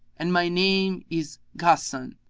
and my name is ghassan,